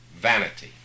vanity